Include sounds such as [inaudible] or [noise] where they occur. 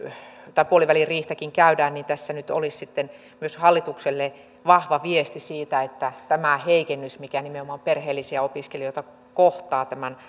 puoliväliriihtäkin käydään tässä nyt olisi sitten myös hallitukselle vahva viesti että tämä heikennys mikä nimenomaan perheellisiä opiskelijoita kohtaa tämän [unintelligible]